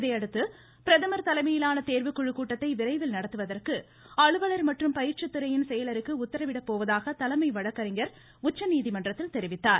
இதையடுத்து பிரதமர் தலைமையிலான தேர்வுக்குழு கூட்டத்தை விரைவில் நடத்துவதற்கு அலுவலர் மற்றும் பயிற்சித்துறையின் செயலருக்கு உத்தரவிடப்போவதாக தலைமை வழக்கறிஞர் உச்சநீதிமன்றத்தில் தெரிவித்தார்